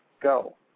go